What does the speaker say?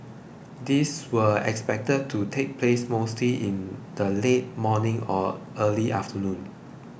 these were expected to take place mostly in the late morning and early afternoon